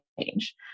change